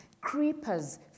creepers